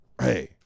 hey